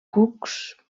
cucs